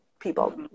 people